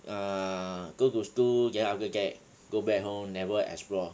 ah go to school then after that go back home never explore